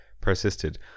persisted